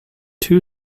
two